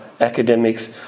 academics